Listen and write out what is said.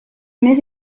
més